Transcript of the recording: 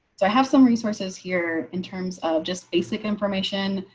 so i have some resources here in terms of just basic information.